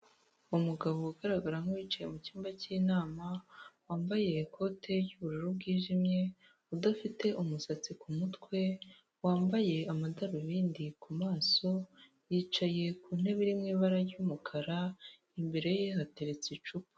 Umugabo ugaragara nk'uwicaye mu cyumba k'inama, wambaye ikote ry'ubururu bwijimye udafite umusatsi ku mutwe, wambaye amadarubindi ku maso yicaye ku ntebe iri mu ibara ry'umukara, imbere ye hateretse icupa.